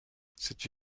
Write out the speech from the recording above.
cette